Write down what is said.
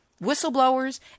Whistleblowers